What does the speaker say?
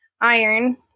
iron